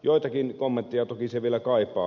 joitakin kommentteja toki se vielä kaipaa